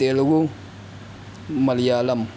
Telugu Malayalam